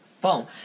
boom